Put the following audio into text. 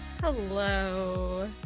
Hello